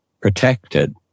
protected